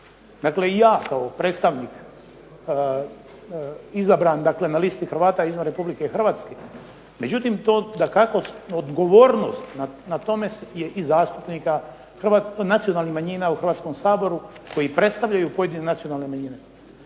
Dakle ja kao predstavnik izabran dakle na listi Hrvata izvan Republike Hrvatske, to odgovornost na tome i zastupnika, nacionalnih manjina u Hrvatskom saboru koji predstavljaju pojedine nacionalne manjine.